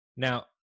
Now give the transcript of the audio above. Now